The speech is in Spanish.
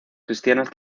cristianas